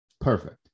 Perfect